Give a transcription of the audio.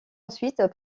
ensuite